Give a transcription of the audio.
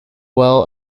well